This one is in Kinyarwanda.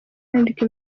yandika